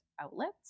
outlets